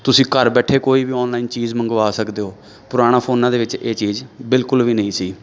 ਤੁਸੀਂ ਘਰ ਬੈਠੇ ਕੋਈ ਵੀ ਔਨਲਾਈਨ ਚੀਜ਼ ਮੰਗਵਾ ਸਕਦੇ ਹੋ ਪੁਰਾਣੇ ਫੋਨਾਂ ਦੇ ਵਿੱਚ ਇਹ ਚੀਜ਼ ਬਿਲਕੁਲ ਵੀ ਨਹੀਂ ਸੀ